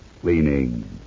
cleaning